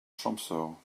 champsaur